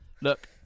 Look